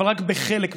אבל רק בחלק מהעקרונות.